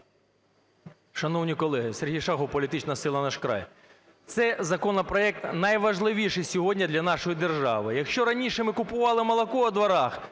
Шановні колеги, Сергій Шахов політична сила "Наш край". Цей законопроект найважливіший сьогодні для нашої держави. Якщо раніше ми купували молоко в дворах,